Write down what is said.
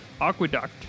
Aqueduct